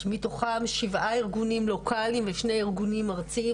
שמתוכם שבעה ארגונים לוקלים ושני ארגונים ארציים,